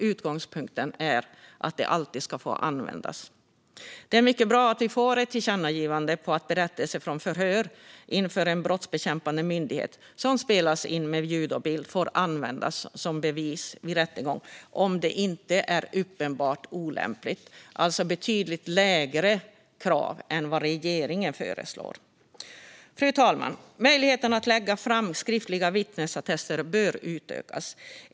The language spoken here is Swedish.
Utgångspunkten är alltså att det alltid ska få användas. Det är mycket bra att vi får ett tillkännagivande om att berättelser från förhör som spelats in med ljud och bild inför en brottsbekämpande myndighet får användas som bevis vid rättegång om det inte är uppenbart olämpligt. Det är alltså betydligt lägre krav än vad regeringen föreslår. Fru talman! Möjligheten att lägga fram skriftliga vittnesattester bör utökas.